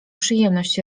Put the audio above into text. przyjemność